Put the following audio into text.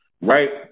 right